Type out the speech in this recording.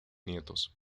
nietos